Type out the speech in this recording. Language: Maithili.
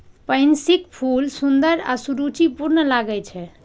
पैंसीक फूल सुंदर आ सुरुचिपूर्ण लागै छै